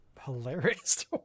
hilarious